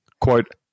Quote